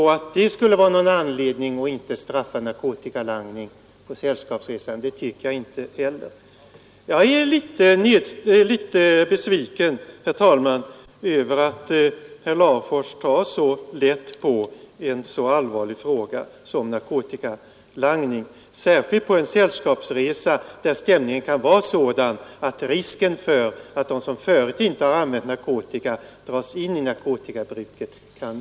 Att det skulle vara någon anledning till att inte straffa narkotikalangning på sällskapsresor tycker jag inte. Jag är litet besviken, herr talman, över att herr Larfors tar så lätt på en så allvarlig fråga som narkotikalangningen. Särskilt på en sällskapsresa kan stämningen vara sådan att risken är mycket stor för att de som förut inte har använt narkotika dras in i narkotikabruket.